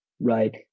right